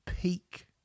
peak